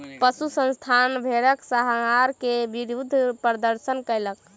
पशु संस्थान भेड़क संहार के विरुद्ध प्रदर्शन कयलक